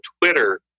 Twitter